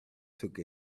took